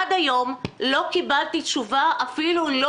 עד היום לא קיבלתי תשובה אפילו לא